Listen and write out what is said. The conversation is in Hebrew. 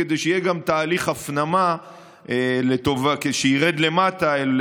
כדי שיהיה גם תהליך הפנמה שירד למטה אל